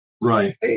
Right